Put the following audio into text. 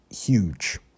huge